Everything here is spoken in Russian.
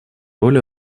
роль